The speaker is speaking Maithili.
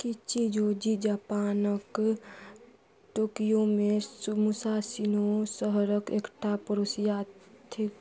किचिजोजी जापानक टोक्योमे मुसाशिनो शहरक एकटा पड़ोसिया थिक